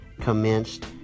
commenced